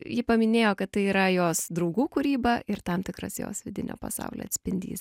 ji paminėjo kad tai yra jos draugų kūryba ir tam tikras jos vidinio pasaulio atspindys